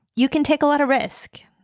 you can take a lot of risk.